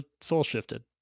soul-shifted